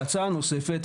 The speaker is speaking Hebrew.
והצעה נוספת,